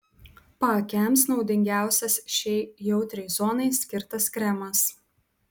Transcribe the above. paakiams naudingiausias šiai jautriai zonai skirtas kremas